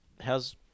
How's